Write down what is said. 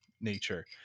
nature